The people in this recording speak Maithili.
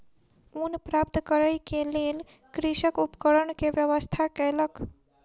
ऊन प्राप्त करै के लेल कृषक उपकरण के व्यवस्था कयलक